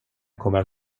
kommer